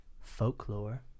folklore